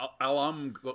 Alam